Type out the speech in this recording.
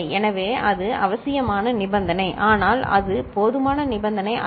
எனவே அது அவசியமான நிபந்தனை ஆனால் அது போதுமான நிபந்தனை அல்ல